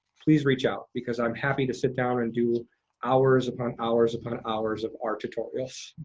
please reach out because i'm happy to sit down and do hours upon hours upon hours of r tutorials.